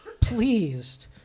pleased